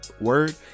word